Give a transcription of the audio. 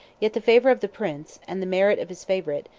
yet the favor of the prince, and the merit of his favorite,